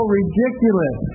ridiculous